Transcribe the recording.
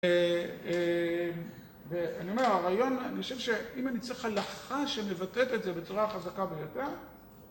ואני אומר, הרעיון, אני חושב שאם אני צריך הלכה שמבטאת את זה בצורה החזקה ביותר...